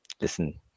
listen